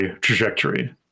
trajectory